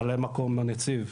ממלא מקום הנציב,